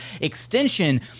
extension